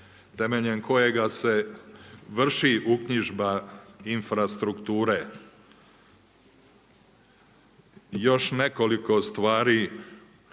temeljem kojega se vrši uknjižba infrastrukture. Još nekoliko stvari